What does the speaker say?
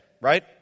right